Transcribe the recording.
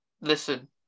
listen